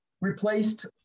replaced